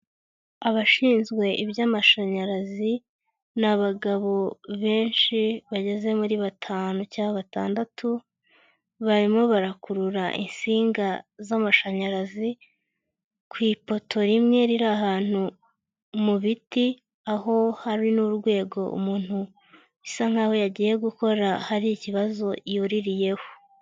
Abashinzwe iby'amashanyarazi, ni abagabo benshi bageze muri batanu cyangwa batandatu, barimo barakurura insinga z'amashanyarazi ku ipoto, rimwe riri ahantu mu biti aho hari n'urwego umuntu bisa nk'aho yagiye gukora ahari ikibazo yuririyeho.